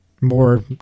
more